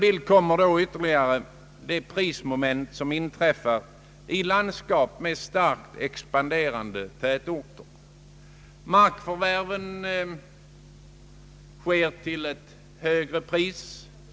I områden med starkt expanderande tätorter tillkommer ett annat moment.